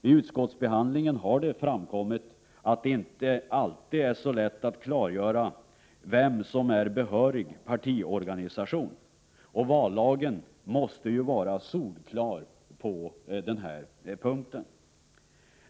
Vid utskottsbehandlingen har det ju framkommit att det inte alltid är så lätt att klargöra vilken partiorganisation som är behörig. Och vallagen måste vara solklar på denna punkt.